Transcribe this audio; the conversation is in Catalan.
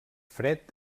fred